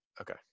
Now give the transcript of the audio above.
okay